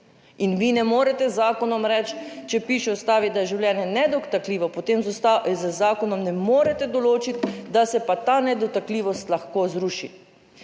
In vi ne morete z zakonom reči, če piše v Ustavi, da je življenje nedotakljivo, potem z zakonom ne morete določiti, da se pa ta nedotakljivost lahko zruši.